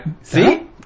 See